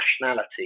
nationality